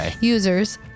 users